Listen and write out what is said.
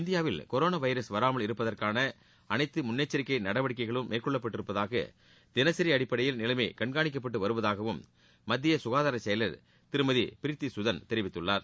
இந்தியாவில் corona virus வராமல் இருப்பதற்கான அனைத்து முன்ளெச்சரிக்கை நடவடிக்கைகளும் மேற்கொள்ளப்பட்டிருப்பதாக தினசரி அடிப்படையில் நிலைமை கண்காணிக்கப்பட்டு வருவதாகவும் மத்திய சுகாதார செயலர் திருமதி ப்ரீத்தி சுதன் தெரிவித்துள்ளார்